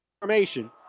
formation